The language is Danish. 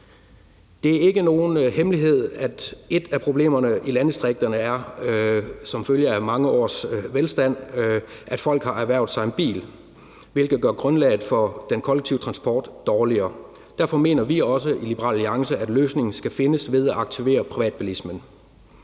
Det er ikke nogen hemmelighed, at et af problemerne i landdistrikterne som følge af mange års velstand er, at folk har erhvervet sig en bil, hvilket gør grundlaget for den kollektive transport dårligere. Derfor mener vi også i Liberal Alliance, at løsningen skal findes ved at aktivere privatbilismen.